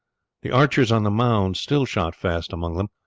the archers on the mound still shot fast among them,